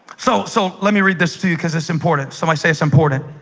so so let me read this to you because it's important somebody say it's important